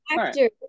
actor